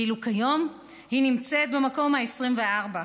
ואילו כיום היא נמצאת במקום ה-24,